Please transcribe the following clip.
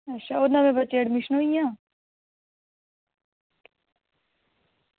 अच्छा होर नमें बच्चें दियां एडमिशनां होई गेइयां